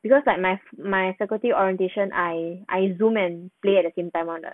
because like my my faculty orientation I I Zoom and play at the same time [one] 的